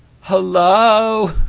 Hello